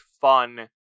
fun